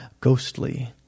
ghostly